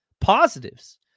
positives